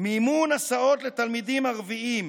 "מימון הסעות לתלמידים ערבים,